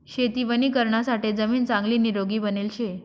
शेती वणीकरणासाठे जमीन चांगली निरोगी बनेल शे